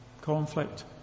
conflict